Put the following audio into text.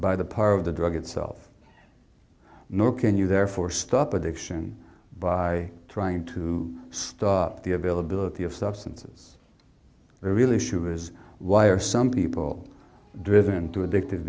by the power of the drug itself nor can you therefore stop addiction by trying to stop the availability of substances really issue is why are some people driven to addictive